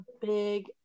big